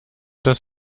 das